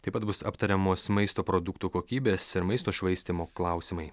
taip pat bus aptariamos maisto produktų kokybės ir maisto švaistymo klausimai